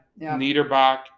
Niederbach